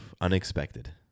unexpected